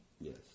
Yes